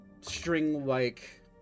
string-like